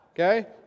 Okay